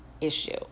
issue